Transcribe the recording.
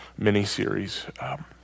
miniseries